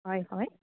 হয় হয়